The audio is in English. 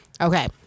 Okay